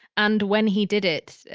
and when he did it,